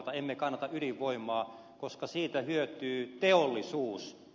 emme kannata ydinvoimaa koska siitä hyötyy teollisuus